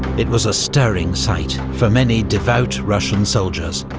it was a stirring sight for many devout, russian soldiers,